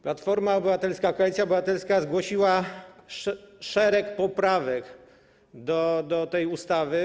Platforma Obywatelska, Koalicja Obywatelska zgłosiła szereg poprawek do tej ustawy,